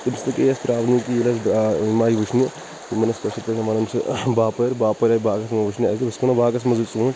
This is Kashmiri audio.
تمہِ سۭتۍ گٔے اَسہِ پرابلِم یِیٚلہِ یِم آیہِ وُچھِنہِ تِم یِمَن أسۍ وَنان چھِ باپٲرۍ باپٲرۍ آیہِ باغَس منٛز وُچھِنہِ اَسہِ دُۄپ أسۍ کٕنو باغس منٛزٕے ژونٛٹھۍ